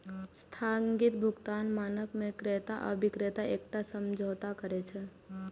स्थगित भुगतान मानक मे क्रेता आ बिक्रेता एकटा समझौता करै छै